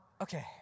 Okay